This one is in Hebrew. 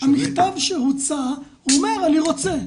המכתב שהוצא אומר 'אני רוצה'.